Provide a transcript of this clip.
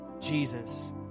Jesus